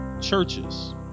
churches